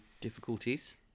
difficulties